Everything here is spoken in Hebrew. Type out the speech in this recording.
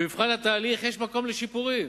במבחן התהליך יש מקום לשיפורים,